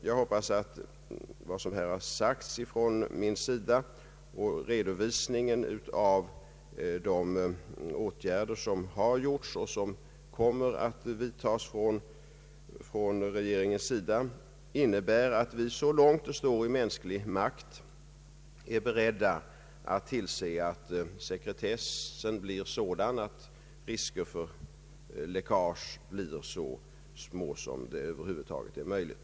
Jag hoppas att vad som här har sagts från min sida och redovisningen av de åtgärder som vidtagits och kommer att vidtas från regeringens sida innebär att vi, så långt det står i mänsklig makt, är beredda att tillse att sekretessen blir sådan att riskerna för läckage blir så små som det över huvud taget är möjligt.